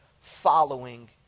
following